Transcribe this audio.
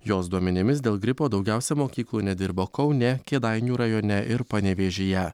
jos duomenimis dėl gripo daugiausia mokyklų nedirbo kaune kėdainių rajone ir panevėžyje